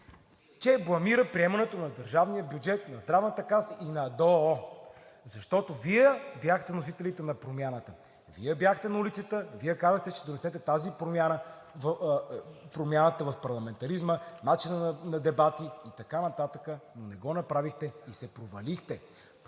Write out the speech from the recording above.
че бламира приемането на държавния бюджет, на Здравната каса и на ДОО, защото Вие бяхте носителите на промяната, Вие бяхте на улицата, Вие казахте, че ще донесете тази промяна, промяната в парламентаризма, начина на дебати и така нататък, но не го направихте, и се провалихте.